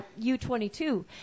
U22